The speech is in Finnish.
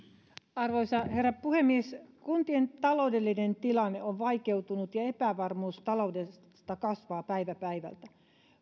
arvoisa herra puhemies kuntien taloudellinen tilanne on vaikeutunut ja epävarmuus taloudesta kasvaa päivä päivältä